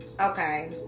okay